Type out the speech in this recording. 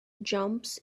jumps